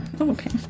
okay